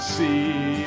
see